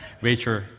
Rachel